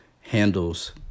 handles